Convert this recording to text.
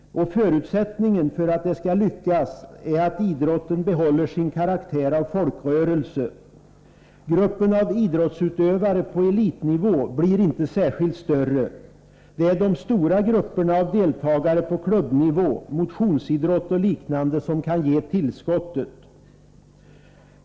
Förutsättningen för att det skall uppnås är att idrotten behåller sin karaktär av folkrörelse. Gruppen av idrottsutövare på elitnivå blir inte särskilt mycket större — det är de stora grupperna av deltagare på klubbnivå, motionsidrott och liknande som kan ge tillskottet.